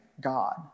God